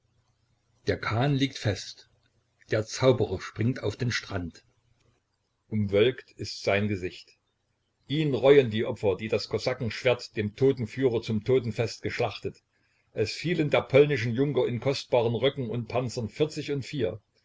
der kahn liegt fest der zauberer springt auf den strand umwölkt ist sein gesicht ihn reuen die opfer die das kosakenschwert dem toten führer zum totenfest geschlachtet es fielen der polnischen junker in kostbaren röcken und panzern vierzig und vier